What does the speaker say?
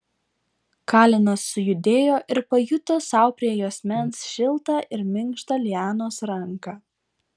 kalenas sujudėjo ir pajuto sau prie juosmens šiltą ir minkštą lianos ranką